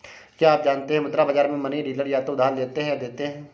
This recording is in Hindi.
क्या आप जानते है मुद्रा बाज़ार में मनी डीलर या तो उधार लेते या देते है?